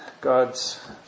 God's